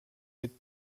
with